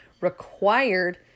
required